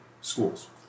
schools